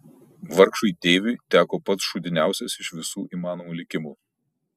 vargšui deiviui teko pats šūdiniausias iš visų įmanomų likimų